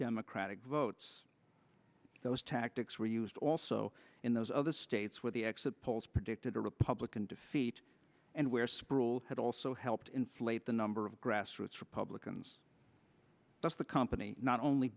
democratic votes those tactics were used also in those of the states where the exit polls predicted a republican defeat and where sproule had also helped inflate the number of grassroots republicans but the company not only